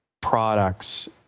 products